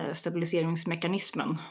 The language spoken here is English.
stabiliseringsmekanismen